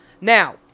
Now